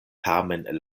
tamen